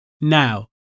Now